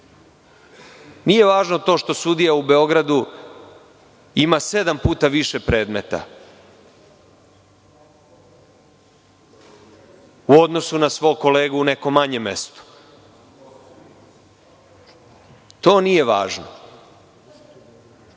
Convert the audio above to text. Nije važno to što sudija u Beogradu ima sedam puta više predmeta u odnosu na svog kolegu u nekom manjem mestu. To nije važno.